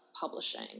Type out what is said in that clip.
publishing